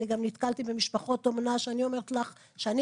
אני גם נתקלתי במשפחות אומנה שאני אומרת לך שאני